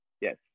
yes